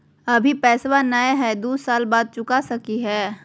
अभि पैसबा नय हय, दू साल बाद चुका सकी हय?